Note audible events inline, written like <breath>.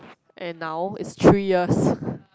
and now it's three years <breath>